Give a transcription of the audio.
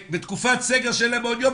ובתקופת סגר שאין להם מעון יום,